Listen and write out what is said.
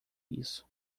isso